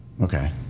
Okay